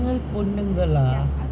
single பொண்ணுங்களா:ponnungalaa